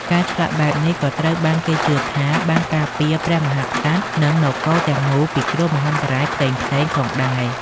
ការឆ្លាក់បែបនេះក៏ត្រូវបានគេជឿថាបានការពារព្រះមហាក្សត្រ និងនគរទាំងមូលពីគ្រោះមហន្តរាយផ្សេងៗផងដែរ។